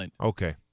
Okay